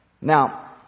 Now